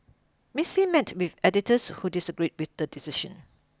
Miss Lim met with editors who disagreed with the decision